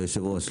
היושב-ראש,